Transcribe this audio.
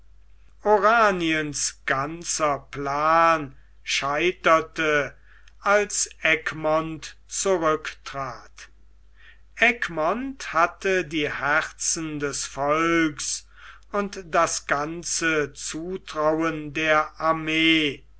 oraniens ganzer plan scheiterte als egmont zurücktrat egmont hatte die herzen des volks und das ganze zutrauen der armee